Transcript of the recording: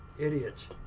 Idiots